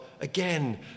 again